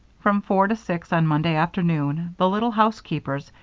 from four to six on monday afternoon, the little housekeepers,